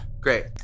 Great